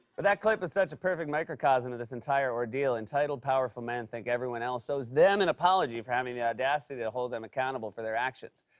but that clip is such a perfect microcosm of this entire ordeal. entitled, powerful men think everyone else owes them an apology for having the audacity to held them accountable for their actions.